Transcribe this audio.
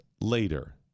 later